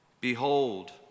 Behold